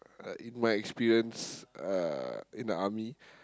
uh in my experience uh in the army